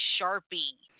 Sharpie